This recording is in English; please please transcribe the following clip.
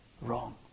wrong